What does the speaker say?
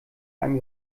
einem